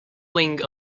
wing